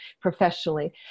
professionally